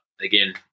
again